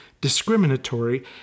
discriminatory